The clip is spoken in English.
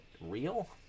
real